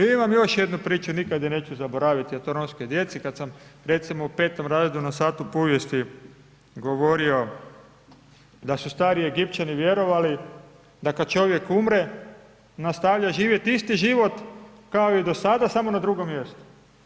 Imamo još jednu priču, nikad je neću zaboraviti o toj romskoj djeci, kad sam, recimo u 5. razredu na satu povijesti govorio da su stari Egipćani vjerovali da kad čovjek umre nastavlja živjeti isti život kao i do sada, samo na drugom mjestu.